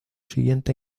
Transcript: siguiente